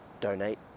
donate